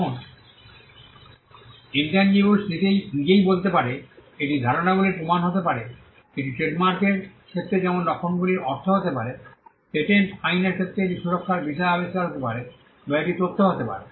এখন ইন্ট্যাঞ্জিবলেস নিজেই বলতে পারে এটি ধারণাগুলির পরিমাণ হতে পারে এটি ট্রেডমার্কের ক্ষেত্রে যেমন লক্ষণগুলির অর্থ হতে পারে পেটেন্ট আইনের ক্ষেত্রে এটি সুরক্ষার বিষয় আবিষ্কার হতে পারে বা এটি তথ্য হতে পারে